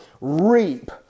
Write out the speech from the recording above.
reap